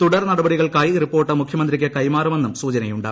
തുടർ നടപടികൾക്കായി റിപ്പോർട്ട് മുഖ്യമന്ത്രിക്ക് കൈമാറുമെന്നും സൂചനയുണ്ട്